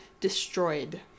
destroyed